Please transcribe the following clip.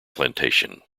plantation